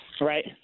Right